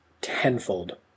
tenfold